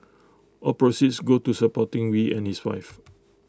all proceeds go to supporting wee and his wife